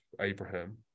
Abraham